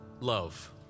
love